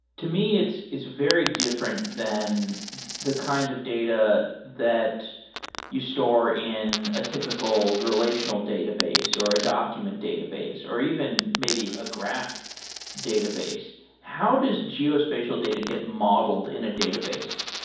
to me it's it's very different than the kinds of data that you store in a typical relational database or a document database or even maybe a graph database. how does geospatial data get modeled in a database?